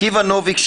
עקיבא נוביק,